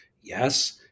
Yes